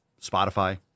Spotify